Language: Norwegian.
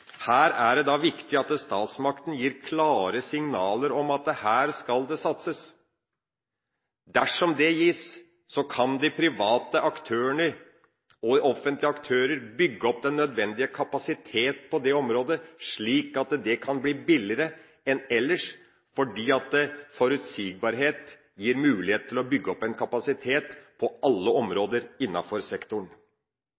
Her er det da viktig at statsmakten gir klare signaler om at det skal satses. Dersom det signalet gis, kan de private og de offentlige aktørene bygge opp den nødvendige kapasitet på det området, slik at det kan bli billigere enn ellers, fordi forutsigbarhet gir mulighet til å bygge opp en kapasitet på alle